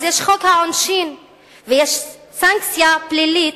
אז יש חוק העונשין ויש סנקציה פלילית